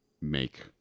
make